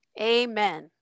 Amen